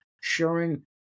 sharing